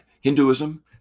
Hinduism